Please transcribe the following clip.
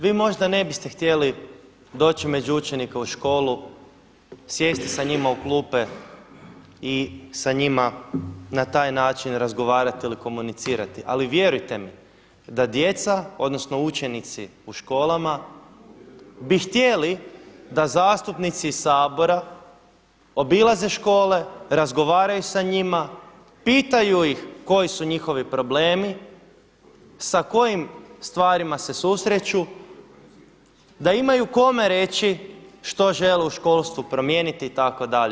Vi možda ne biste htjeli doći među učenike u školu, sjesti sa njima u klupe i sa njima na taj način razgovarati ili komunicirati ali vjerujte mi da djeca, odnosno učenici u školama bi htjeli da zastupnici iz Sabora obilaze škole, razgovaraju sa njima, pitaju ih koji su njihovi problemi, sa kojim stvarima se susreću, da imaju kome reći što žele u školstvu promijeniti itd.